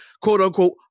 quote-unquote